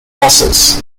loses